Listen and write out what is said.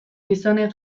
gizonen